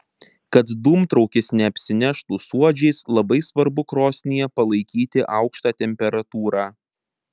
kad dūmtraukis neapsineštų suodžiais labai svarbu krosnyje palaikyti aukštą temperatūrą